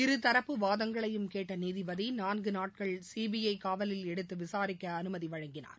இருதரப்பு வாதங்களையும் கேட்ட நீதிபதி நான்கு நாட்கள் சிபிஐ காவலில் எடுத்து விசாரிக்க அனுமதி வழங்கினார்